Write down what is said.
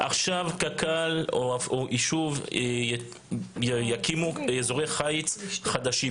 אם עכשיו קק"ל או יישוב מסוים יקימו אזורי חיץ חדשים,